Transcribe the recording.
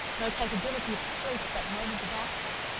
no capability of sleep at that moment about her,